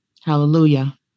hallelujah